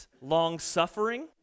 long-suffering